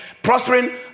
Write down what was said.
Prospering